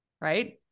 Right